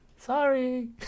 Sorry